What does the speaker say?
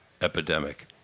epidemic